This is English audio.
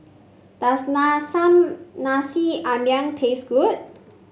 does Nasi Ambeng taste good